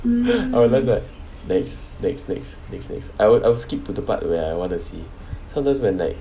I will just like next next next next next I will I will skip to the part where I want to see sometimes when like